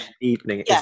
evening